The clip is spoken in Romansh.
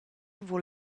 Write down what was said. vul